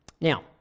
Now